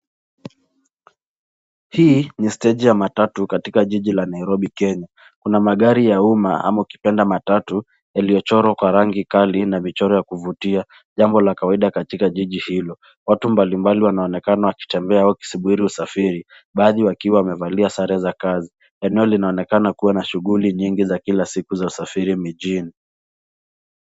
Hii ni steji ya matatu katika jiji la Nairobi, Kenya. Kuna magari ya umma ama ukipenda matatu yaliyochorwa kwa rangi kali na michoro ya kuvutia. Jambo la kawaida katika jiji hilo. Watu mbalimbali wanaonekana wakitembea au wakisubiri usafiri baadhi wakiwa wamevalia sare za kazi. Eneo linaonekana kuwa na shughuli nyingi za kila siku za usafiri mijini.